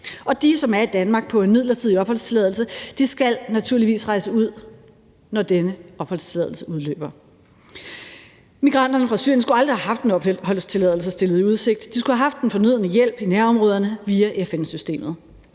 De, som er i Danmark på en midlertidig opholdstilladelse, skal naturligvis rejse ud, når denne opholdstilladelse udløber. Migranterne fra Syrien skulle aldrig have haft en opholdstilladelse stillet i udsigt, de skulle have haft den fornødne hjælp i nærområderne via FN-systemet.